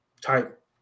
type